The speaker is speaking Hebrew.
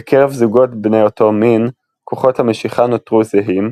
בקרב זוגות בני אותו מין כוחות המשיכה נותרו זהים,